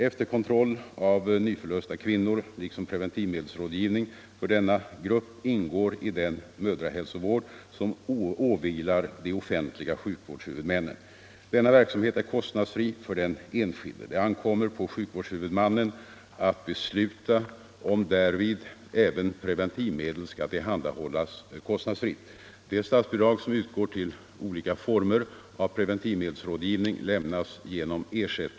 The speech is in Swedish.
Efterkontroll av nyförlösta kvinnor, liksom preventivmedelsrådgivning för denna grupp, ingår i den mödrahälsovård som åvilar de offentliga sjukvårdshuvudmännen. Denna verksamhet är kostnadsfri för den enskilde. Det ankommer på sjukvårdshuvudmannen att besluta om därvid även preventivmedel skall tillhandahållas kostnadsfritt.